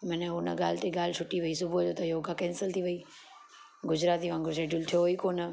मन हुन ॻाल्हि ते ॻाल्हि छुटी वयी सुबुह जो त योगा केंसिल थी वयी गुजराती वागुंर शेड्यूल थियो ई कोन